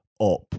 up